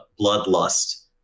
bloodlust